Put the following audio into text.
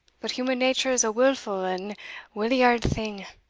but human nature's a wilful and wilyard thing